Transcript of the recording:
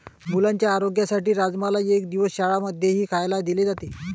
मुलांच्या आरोग्यासाठी राजमाला एक दिवस शाळां मध्येही खायला दिले जाते